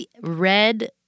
red